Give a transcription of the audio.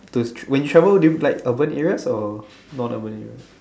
to when you travel you like urban areas or non urban areas